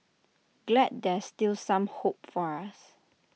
glad there's still some hope for us